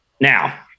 now